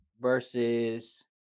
versus